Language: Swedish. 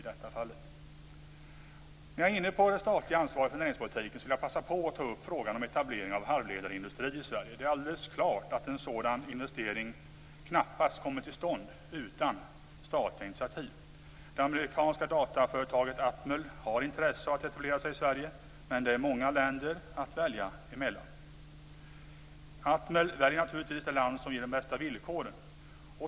När jag är inne på det statliga ansvaret för näringspolitiken vill jag passa på att ta upp frågan om etablering av halvledarindustri i Sverige. Det är alldeles klart att en sådan investering knappast kommer till stånd utan statliga initiativ. Det amerikanska dataföretaget Atmel har intresse av att etablera sig i Sverige. Men det är många länder att välja mellan. Atmel väljer naturligtvis det land som ger de bästa villkoren.